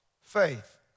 faith